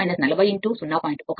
1 2